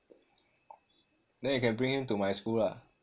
then you can bring into my school lah